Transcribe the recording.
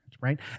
right